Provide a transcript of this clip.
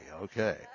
okay